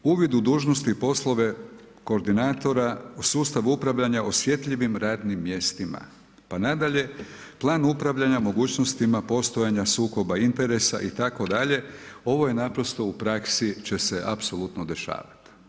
Uvid u dužnost i poslove koordinatora sustav upravljanja osjetljivim radnim mjestima, pa nadalje, plan upravljanja mogućnostima postojanja sukoba interesa itd. ovo će se u praksi apsolutno dešavati.